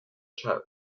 chad